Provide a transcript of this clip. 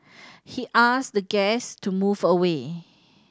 he asked guest to move away